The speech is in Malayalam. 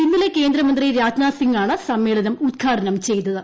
ഇന്നലെ കേന്ദ്രമന്ത്രി രാജ്നാഥ് സിങാണ് സമ്മേളനം ഉൽഘാടനം ചെയ്തത്